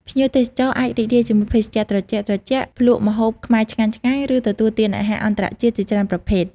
ភ្ញៀវទេសចរអាចរីករាយជាមួយភេសជ្ជៈត្រជាក់ៗ ភ្លក្សម្ហូបខ្មែរឆ្ងាញ់ៗ ឬទទួលទានអាហារអន្តរជាតិជាច្រើនប្រភេទ។